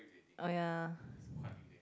oh ya